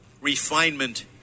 refinement